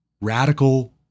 radical